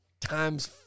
times